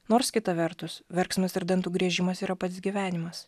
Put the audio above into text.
nors kita vertus verksmas ir dantų griežimas yra pats gyvenimas